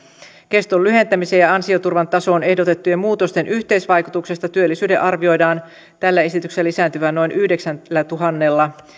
keston lyhentämisen ja ansioturvan tasoon ehdotettujen muutosten yhteisvaikutuksesta työllisyyden arvioidaan tällä esityksellä lisääntyvän noin yhdeksällätuhannella